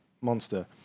monster